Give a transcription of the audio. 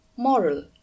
moral